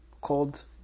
called